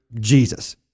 Jesus